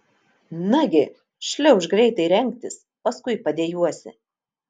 nagi šliaužk greitai rengtis paskui padejuosi